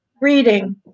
reading